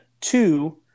two